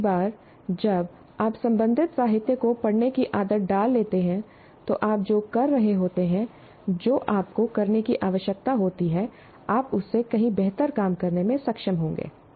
एक बार जब आप संबंधित साहित्य को पढ़ने की आदत डाल लेते हैं तो आप जो कर रहे होते हैं जो आपको करने की आवश्यकता होती है आप उससे कहीं बेहतर काम करने में सक्षम होंगे